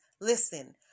Listen